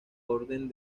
orden